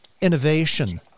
innovation